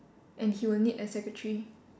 and he will need a secretary